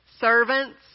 servants